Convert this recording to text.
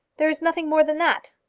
there is nothing more than that?